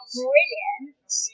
brilliant